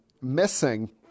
missing